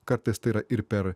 kartais tai yra ir per